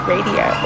Radio